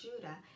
Judah